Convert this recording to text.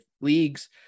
leagues